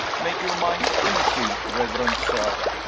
make your mind easy, reverend sir!